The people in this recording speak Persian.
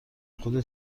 خودت